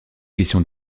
question